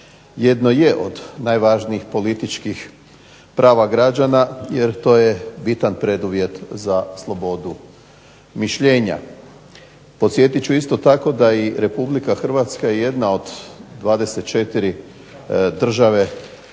jedno je od najvažnijih političkih prava građana jer to je bitan preduvjet za slobodu mišljenja. Podsjetit ću isto tako da je RH jedna od 24 države